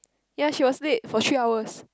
ya she was late for three hours